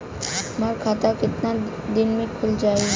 हमर खाता कितना केतना दिन में खुल जाई?